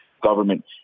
government